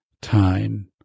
time